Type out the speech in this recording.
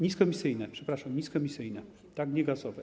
Niskoemisyjne, przepraszam, niskoemisyjne, niegazowe.